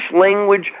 language